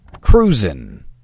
Cruisin